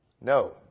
No